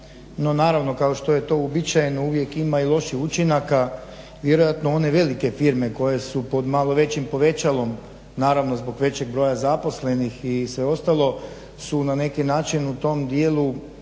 No naravno kao što je to uobičajeno. Uvijek ima i loših učinaka. Vjerojatno one velike firme koje su pod malo većim povećalom naravno zbog većeg broja zaposlenih i sve ostalo su na neki način u tom djelu